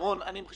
מה תרוויחו מזה?